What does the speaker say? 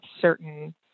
certain